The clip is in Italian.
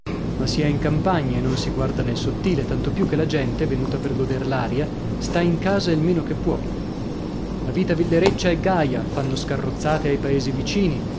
ma si è in campagna e non si guarda nel sottile tanto più che la gente venuta per goder l'aria sta in casa il meno che può la vita villereccia è gaia fanno scarrozzate ai paesi vicini